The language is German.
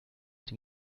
den